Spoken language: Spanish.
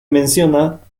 menciona